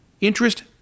interest